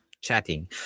chatting